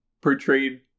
portrayed